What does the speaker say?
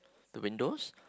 the windows